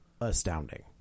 astounding